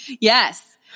Yes